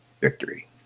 victory